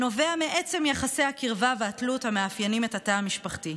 הנובע מעצם יחסי הקרבה והתלות המאפיינים את התא המשפחתי.